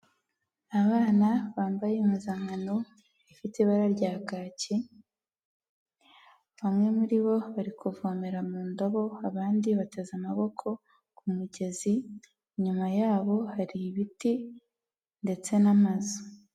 Abana bambaye impuzankano ifite ibara rya kaki bamwe muri bo bari kuvomera mu ndabo abandi bateze amaboko ku mugezi, inyuma yabo hari ibiti ndetse n'amazu.